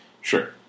Sure